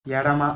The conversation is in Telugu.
ఎడమ